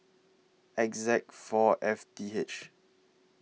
X Z four F D H